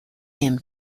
him